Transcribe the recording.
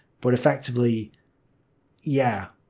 but effectively yeah,